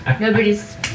Nobody's